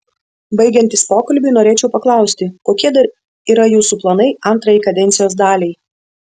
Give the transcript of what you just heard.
baigiantis pokalbiui norėčiau paklausti kokie dar yra jūsų planai antrajai kadencijos daliai